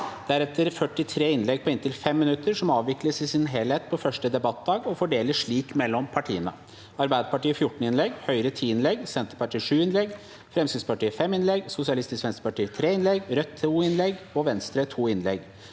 er det 43 innlegg på inntil 5 minutter som avvikles i sin helhet på første debattdag og fordeles slik mellom partiene: Arbeiderpartiet 14 innlegg, Høyre 10 innlegg, Senterpartiet 7 innlegg, Fremskrittspartiet 5 innlegg, Sosialistisk Venstreparti 3 innlegg, Rødt 2 innlegg og Venstre 2 innlegg.